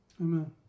Amen